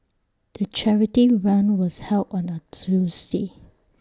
the charity run was held on A Tuesday